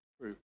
true